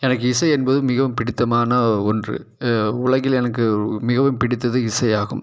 எனக்கு இசை என்பது மிகவும் பிடித்தமான ஒன்று உலகில் எனக்கு மிகவும் பிடித்தது இசை ஆகும்